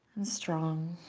and strong.